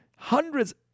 Hundreds